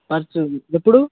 purse ఎప్పుడు